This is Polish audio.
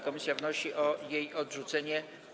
Komisja wnosi o jej odrzucenie.